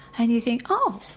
and you think oh,